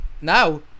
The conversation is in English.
now